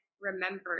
remembered